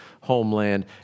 homeland